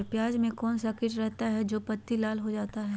प्याज में कौन सा किट रहता है? जो पत्ती लाल हो जाता हैं